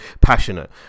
passionate